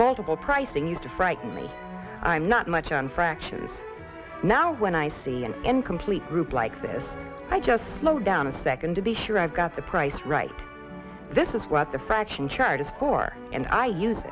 multiple pricing used to frighten me i'm not much on fractions now when i see an incomplete group like this i just slow down a second to be sure i've got the price right this is what the